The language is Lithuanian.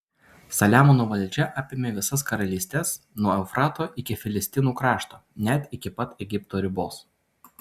saliamono valdžia apėmė visas karalystes nuo eufrato iki filistinų krašto net iki pat egipto ribos